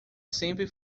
sempre